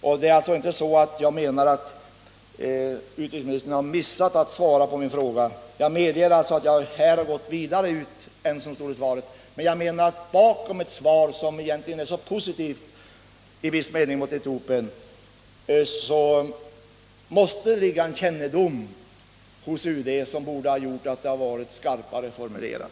Jag menar alltså inte att utrikesministern har missat att svara på min fråga, utan jag medger att jag här gått utöver vad som sades i interpellationen. Men bakom ett svar, som i viss mån är så positivt mot Etiopien, måste ligga en kännedom hos UD, som borde ha gjort att svaret varit skarpare formulerat.